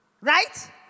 Right